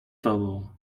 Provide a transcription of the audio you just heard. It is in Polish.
tobą